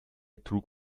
trug